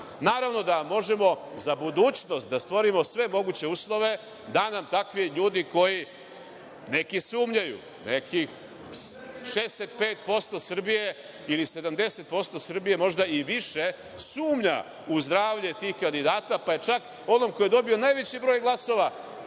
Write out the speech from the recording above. Naravno da možemo za budućnost da stvorimo sve moguće uslove da nam takvi ljudi koji, neki sumnjaju, nekih 65 ili 70% Srbije, možda i više, sumnja u zdravlje tih kandidata, pa je čak onom ko je dobio najveći broj glasova,